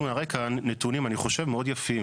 אנחנו נראה כאן נתונים, אני חושב, מאוד יפים